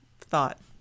thought